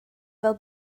fel